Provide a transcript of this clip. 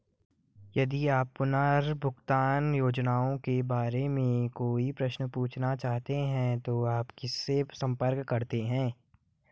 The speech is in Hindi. यदि आप पुनर्भुगतान योजनाओं के बारे में कोई प्रश्न पूछना चाहते हैं तो आप किससे संपर्क करते हैं?